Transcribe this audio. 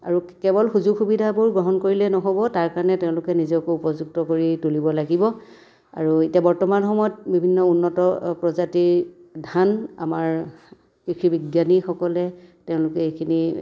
আৰু কেৱল সুযোগ সুবিধাবোৰ গ্ৰহণ কৰিলেই নহ'ব তাৰ কাৰণে তেওঁলোকে নিজকো উপযুক্ত কৰি তুলিব লাগিব আৰু এতিয়া বৰ্তমান সময়ত বিভিন্ন উন্নত প্ৰজাতিৰ ধান আমাৰ কৃষি বিজ্ঞানীসকলে তেওঁলোকে এইখিনি